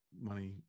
money